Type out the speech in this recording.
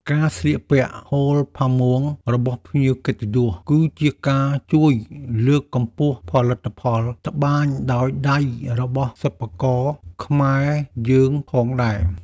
ការស្លៀកពាក់ហូលផាមួងរបស់ភ្ញៀវកិត្តិយស គឺជាការជួយលើកកម្ពស់ផលិតផលត្បាញដោយដៃរបស់សិប្បករខ្មែរយើងផងដែរ។